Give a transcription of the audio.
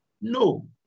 No